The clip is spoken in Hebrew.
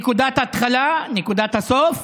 נקודת התחלה, נקודת סוף,